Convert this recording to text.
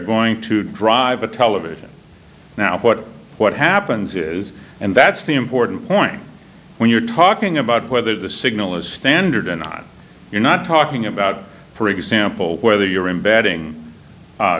going to drive a television now what what happens is and that's the important point when you're talking about whether the signal is standard and not you're not talking about for example whether you're imbedding